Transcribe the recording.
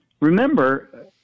Remember